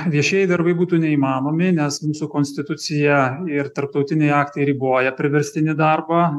viešieji darbai būtų neįmanomi nes mūsų konstitucija ir tarptautiniai aktai riboja priverstinį darbą